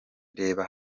reba